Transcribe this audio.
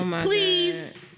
please